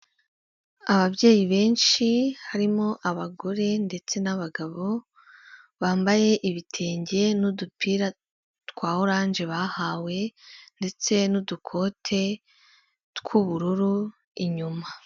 Ababyeyi benshi harimo abagore ndetse n'abagabo, bambaye ibitenge n'udupira twa oranje bahawe ndetse n'udukote tw'ubururu inyuma.